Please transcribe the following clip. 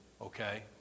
okay